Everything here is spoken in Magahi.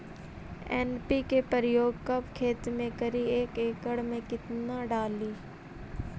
एन.पी.के प्रयोग कब खेत मे करि एक एकड़ मे कितना डाली?